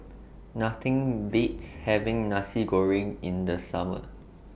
Nothing Beats having Nasi Goreng in The Summer